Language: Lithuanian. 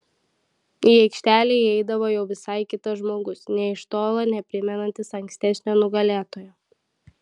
į aikštelę įeidavo jau visai kitas žmogus nė iš tolo neprimenantis ankstesnio nugalėtojo